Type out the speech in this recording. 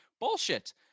Bullshit